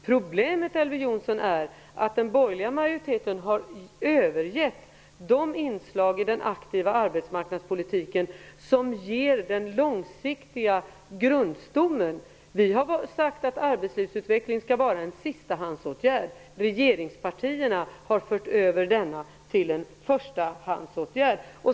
Problemet, Elver Jonsson, är att den borgerliga majoriteten har övergett de inslag i en aktiv arbetsmarknadspolitik som långsiktigt ger grundstommen. Vi har sagt att arbetslivsutveckling skall vara en sistahandsåtgärd. Regeringspartierna har fört över denna till området förstahandsåtgärd.